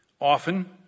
often